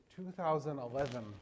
2011